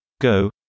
go